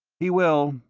he will.